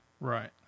right